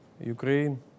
Ukraine